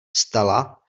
vstala